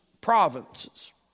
provinces